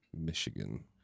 Michigan